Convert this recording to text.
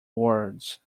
words